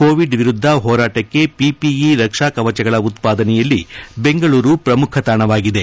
Covid ಎರುದ್ದ ಹೋರಾಟಕ್ಕೆ PPE ರಕ್ಷಾ ಕವಚಗಳ ಉತ್ತಾದನೆಯಲ್ಲಿ ಬೆಂಗಳೂರು ಪ್ರಮುಖ ತಾಣವಾಗಿದೆ